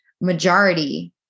majority